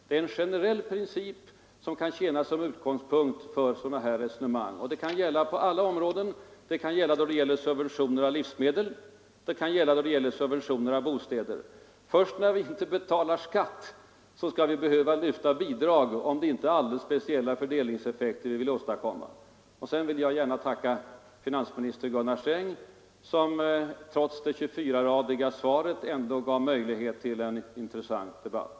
Det är en generell princip som kan tjäna som utgångspunkt för sådana här resonemang. Det kan gälla subventioner av livsmedel, det kan gälla subventioner av bostäder, det kan gälla på alla områden. Först när vi inte betalar skatt skall vi behöva lyfta bidrag, om det inte är alldeles speciella fördelningseffekter man vill åstadkomma. Sedan vill jag gärna tacka finansministern Gunnar Sträng som trots det 24-radiga svaret ändå gav möjlighet till en intressant debatt.